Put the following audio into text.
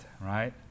right